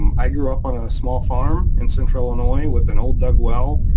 um i grew up on a small farm in central illinois with an old dug well